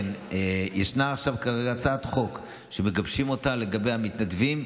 ישנה כרגע הצעת חוק שמגבשים לגבי המתנדבים,